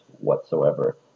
whatsoever